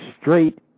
straight